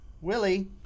Willie